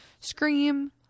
scream